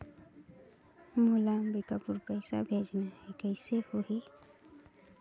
मोला अम्बिकापुर पइसा भेजना है, कइसे होही?